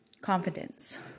confidence